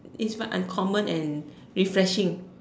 even uncommon and refreshing